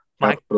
Mike